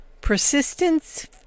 Persistence